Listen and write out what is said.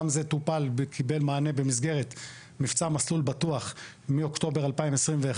גם זה טופל וקיבל מענה במסגרת מבצע "מסלול בטוח" מאוקטובר 2021,